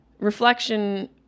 Reflection